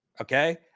okay